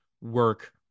work